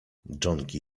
dżonki